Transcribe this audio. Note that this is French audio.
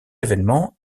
évènement